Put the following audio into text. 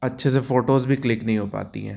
अच्छे से फ़ोटोस भी क्लिक नहीं हो पाती है